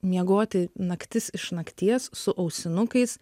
miegoti naktis iš nakties su ausinukais